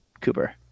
Cooper